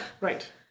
Right